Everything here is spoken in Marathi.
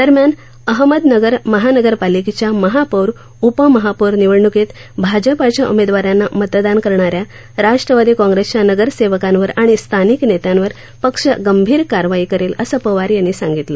दरम्यान अहमदनगर महानगरपालिकेच्या महापौर उपमहापौर निवडणुकीत भाजपच्या उमेदवारांना मतदान करणाऱ्या राष्ट्रवादी काँग्रेसच्या नगरसेवकांवर आणि स्थानिक नेत्यांवर पक्ष गंभीर कारवाई करेल असं पवार यांनी सांगितलं